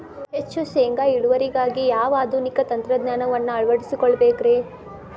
ಹೆಚ್ಚು ಶೇಂಗಾ ಇಳುವರಿಗಾಗಿ ಯಾವ ಆಧುನಿಕ ತಂತ್ರಜ್ಞಾನವನ್ನ ಅಳವಡಿಸಿಕೊಳ್ಳಬೇಕರೇ?